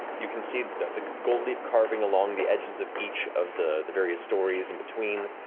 you can see the gold leaf carving along the edges of each of the the various stories in between.